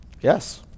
Yes